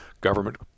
government